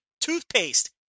toothpaste